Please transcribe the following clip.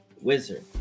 Wizard